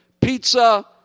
Pizza